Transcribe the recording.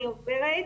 רגע, אני עוברת.